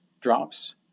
drops